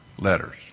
letters